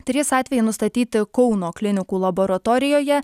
trys atvejai nustatyti kauno klinikų laboratorijoje